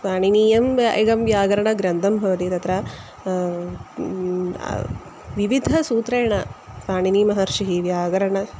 पाणिनीयं वा एकं व्याकरणग्रन्थं भवति तत्र विविधसूत्रेण पाणिनीमहर्षिः व्याकरणं